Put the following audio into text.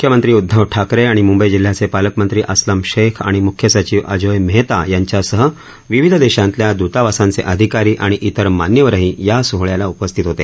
मुख्यमंत्री उद्धव ठाकरे मुंबई जिल्ह्याचे पालकमंत्री अस्लम शेख आणि मुख्य सचिव अजोय मेहता यांच्यासह विविध देशांतल्या दूतावासांचे अधिकारी आणि इतर मान्यवरही या सोहळ्याला उपस्थित होते